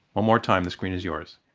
um more time, the screen is yours.